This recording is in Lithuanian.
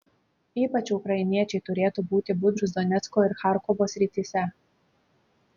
ypač ukrainiečiai turėtų būti budrūs donecko ar charkovo srityse